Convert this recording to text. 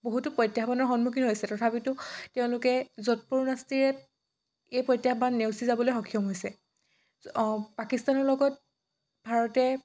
বহুতো প্ৰত্যাহ্বানৰ সন্মুখীন হৈছে তথাপিতো তেওঁলোকে যৎপৰোনাস্তিৰে এই প্ৰত্যাহ্বান নেওচি যাবলৈ সক্ষম হৈছে পাকিস্তানৰ লগত ভাৰতে